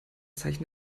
zeichen